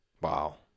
Wow